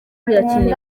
birakenewe